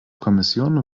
kommission